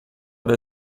del